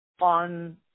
on